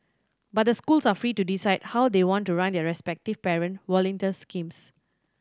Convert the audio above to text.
but the schools are free to decide how they want to run their respective parent volunteer schemes